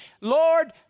lord